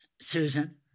Susan